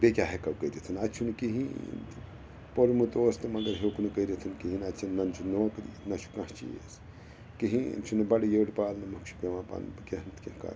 بیٚیہِ کیٛاہ ہیٚکو کٔرِتھ اَتہِ چھُنہٕ کِہیٖنۍ تہِ پوٚرمُت اوس تہِ مگر ہیٛوک نہٕ کٔرِتھ کِہیٖنۍ اَتہِ چھَنہٕ نَہ چھِ نوکری نَہ چھُ کانٛہہ چیٖز کِہیٖنۍ چھُنہٕ بَڑٕ یٔڑ پالنہٕ مۄکھ چھُ پیٚوان پتہٕ کیٚنٛہہ نَہ تہٕ کیٚنٛہہ کَرُن